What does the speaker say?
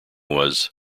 was